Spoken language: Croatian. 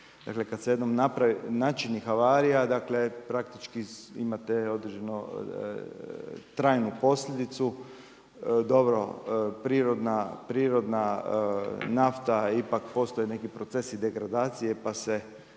dakle kada se jednom načini havarija praktički imate određenu trajnu posljedicu. Dobro, prirodna nafta ipak postoje neki procesi degradacije pa se